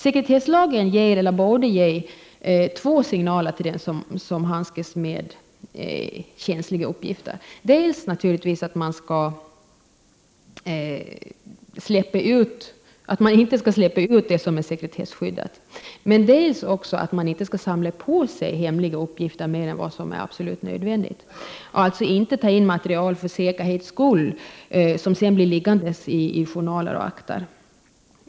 Sekretesslagen ger eller borde ge två signaler till den som handskas med känsliga uppgifter, nämligen dels naturligtvis att man inte skall lämna ut uppgifter som är sekretesskyddade, dels att man inte skall samla fler sekretessbelagda uppgifter än vad som är absolut nödvändigt och alltså inte ta in material för säkerhets skull, material som sedan blir liggande i journaler och akter.